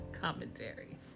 commentary